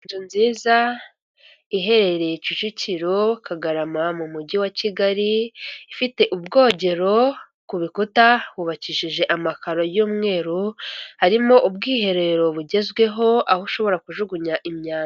Inzu nziza iherereye Kicukiro, Kagarama mu mujyi wa Kigali. Ifite ubwogero, ku bikuta hubakishije amakaro y'umweru, harimo ubwiherero bugezweho aho ushobora kujugunya imyanda.